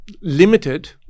limited